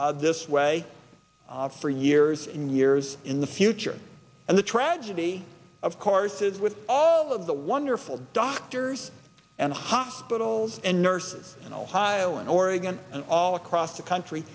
it this way for years and years in the future and the tragedy of course is with all of the wonderful doctors and hospitals and nurses in ohio and oregon and all across the country